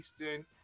Eastern